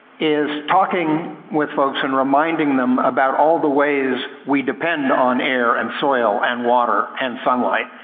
is talking with folks and reminding them about all the ways we depend on air, and soil, and water, and sunlight.